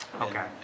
Okay